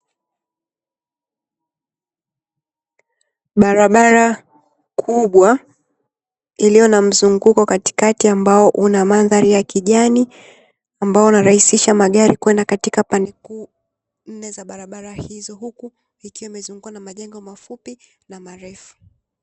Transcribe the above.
Barabara kubwa iliyo na mzunguko katikati ambao una mandhari ya kijani, ambao unarahisisha magari kwenda katika pande nne za barabara hizo, huku ikiwa imezungukwa na majengo mafupi na marefu.